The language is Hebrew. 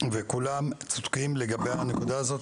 וכולם צודקים לגבי הנקודה הזאת.